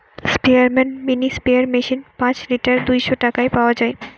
স্পেয়ারম্যান mini sprayer machine পাঁচ litre দুইশ টাকায় পাওয়া যায়